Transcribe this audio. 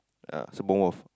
uh Sembawang Wharf